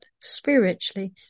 spiritually